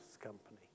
company